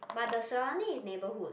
but the surrounding is neighbourhood